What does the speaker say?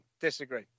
disagree